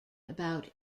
about